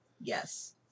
Yes